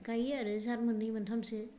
गायो आरो जाद मोननै मोनथामसो